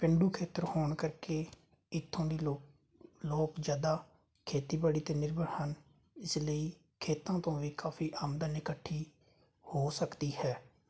ਪੇਂਡੂ ਖੇਤਰ ਹੋਣ ਕਰਕੇ ਇੱਥੋਂ ਦੇ ਲੋਕ ਲੋਕ ਜ਼ਿਆਦਾ ਖੇਤੀਬਾੜੀ 'ਤੇ ਨਿਰਭਰ ਹਨ ਇਸ ਲਈ ਖੇਤਾਂ ਤੋਂ ਵੀ ਕਾਫੀ ਆਮਦਨ ਇਕੱਠੀ ਹੋ ਸਕਦੀ ਹੈ